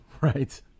Right